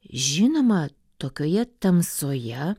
žinoma tokioje tamsoje